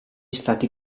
stati